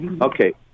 Okay